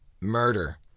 murder